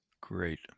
Great